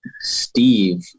Steve